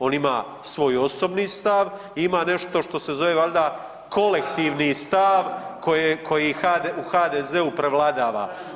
On ima svoj osobni stav i ima nešto što se zove valjda kolektivni stav koji u HDZ-u prevladava.